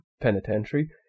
Penitentiary